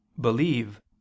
believe